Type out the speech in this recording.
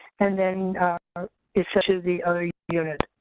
and then is sent to the other unit.